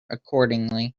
accordingly